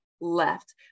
left